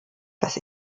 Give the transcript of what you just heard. das